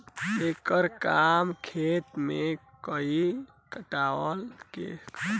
एकर काम खेत मे कटाइ छटाइ करे वाला ह